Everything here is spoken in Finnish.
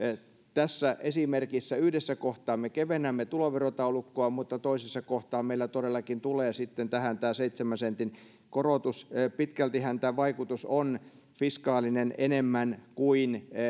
tässä esimerkissä yhdessä kohtaa me kevennämme tuloverotaulukkoa mutta toisessa kohtaa meillä todellakin tulee sitten tähän tämä seitsemän sentin korotus pitkältihän tämän vaikutus on fiskaalinen enemmän kuin että se